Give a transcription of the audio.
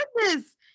goodness